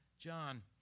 John